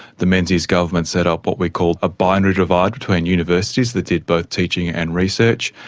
the menzies government set up what we call a binary divide between universities that did both teaching and research,